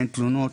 אין תלונות,